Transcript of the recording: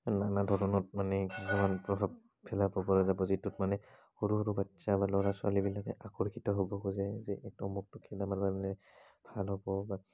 মান্ নানা ধৰণত মানে কিছুমান প্ৰভাৱ খেলাব পৰা যাব যিটো মানে সৰু সৰু বাচ্ছা বা ল'ৰা ছোৱালীবিলাকে আকৰ্ষিত হ'ব খোজে যে এইটো অমুকটো খেলা মানে ভাল হ'ব বা